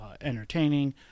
entertaining